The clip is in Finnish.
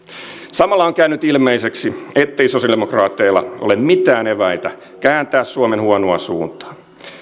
samalla on käynyt ilmeiseksi ettei sosialidemokraateilla ole mitään eväitä kääntää suomen huonoa suuntaa